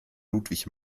ludwig